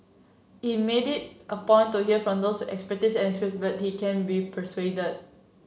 he made it a point to hear from those with expertise and but he can be persuaded